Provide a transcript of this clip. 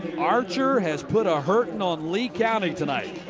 archer has put a hurting on lee county tonight.